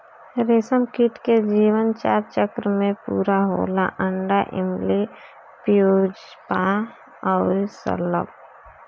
रेशमकीट के जीवन चार चक्र में पूरा होला अंडा, इल्ली, प्यूपा अउरी शलभ